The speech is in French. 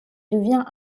devient